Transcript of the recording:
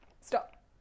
Stop